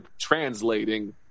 translating